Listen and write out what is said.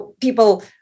people